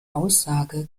aussage